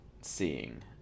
seeing